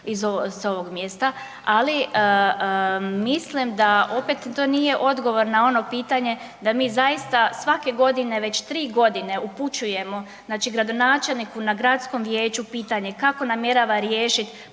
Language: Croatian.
s ovog mjesta, ali mislim da opet to nije odgovor na ono pitanje da mi zaista svake godine već 3 godine upućujemo znači gradonačelniku na gradskom vijeću pitanje kako namjerava riješiti